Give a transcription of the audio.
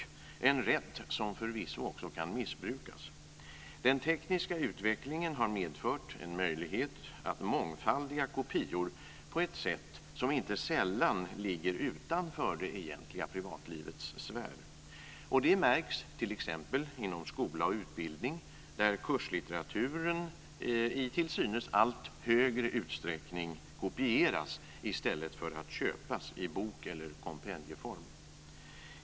Det är en rätt som förvisso också kan missbrukas. Den tekniska utvecklingen har medfört en möjlighet att mångfaldiga kopior på ett sätt som inte sällan ligger utanför det egentliga privatlivets sfär. Det märks t.ex. inom skola och utbildning där kurslitteraturen i till synes allt högre utsträckning kopieras i stället för att köpas i bok eller kompendieform.